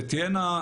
תהיינה,